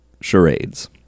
charades